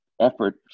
effort